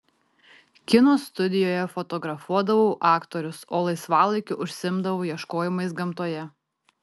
kino studijoje fotografuodavau aktorius o laisvalaikiu užsiimdavau ieškojimais gamtoje